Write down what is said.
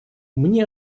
мне